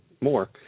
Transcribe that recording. more